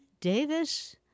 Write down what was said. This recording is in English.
Davis